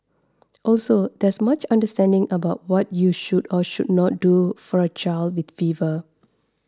also there's much misunderstanding about what you should or should not do for a child with fever